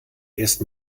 erst